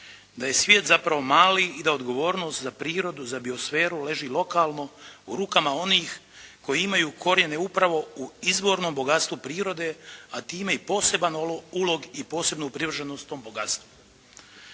Da je svijet zapravo mali i da odgovornost za prirodu, za biosferu leži lokalno u rukama onih koji imaju korijene upravo u izvornom bogatstvu prirode, a time i poseban ulog i posebnu privrženost tom bogatstvu.